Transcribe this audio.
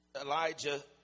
Elijah